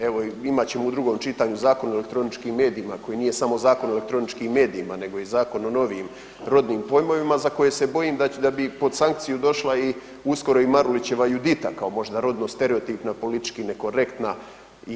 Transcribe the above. Evo, imat ćemo i u drugom čitanju Zakon o elektroničkim medijima, koji nije samo Zakon o elektroničkim medijima nego i zakon o novijim rodnim pojmovima za koje se bojim da bi pod sankciju došla i uskoro i Marulićeva Judita kao možda rodno stereotipna, politički nekorektna i sl.